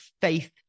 faith